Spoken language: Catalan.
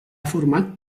format